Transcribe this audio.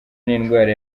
n’indwara